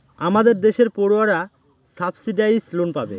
আমাদের দেশের পড়ুয়ারা সাবসিডাইস লোন পাবে